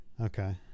Okay